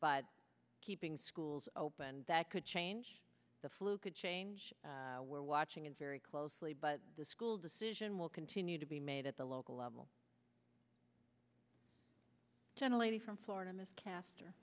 but keeping schools open that could change the flu could change we're watching it very closely but the school decision will continue to be made at the local level generally from florida miss cast